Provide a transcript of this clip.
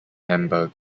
hamburg